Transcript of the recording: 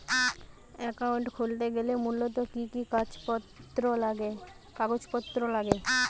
Account খুলতে গেলে মূলত কি কি কাগজপত্র লাগে?